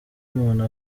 umuntu